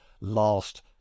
last